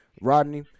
Rodney